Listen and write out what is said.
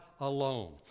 alone